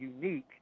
unique